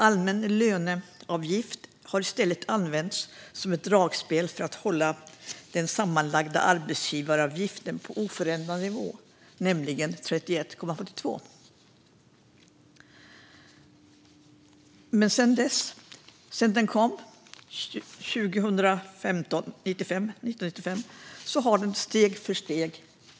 Allmän löneavgift har i stället använts som ett dragspel för att hålla den sammanlagda arbetsgivaravgiften på en oförändrad nivå, nämligen 31,42 procent. Sedan löneavgiften kom 1995 har den ökat steg för steg.